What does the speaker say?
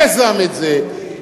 יזם את זה,